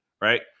right